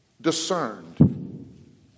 discerned